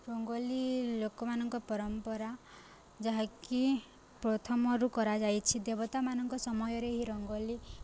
ରଙ୍ଗୋଲି ଲୋକମାନଙ୍କ ପରମ୍ପରା ଯାହାକି ପ୍ରଥମରୁ କରାଯାଇଛି ଦେବତାମାନଙ୍କ ସମୟରେ ଏହିି ରଙ୍ଗୋଲି